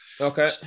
okay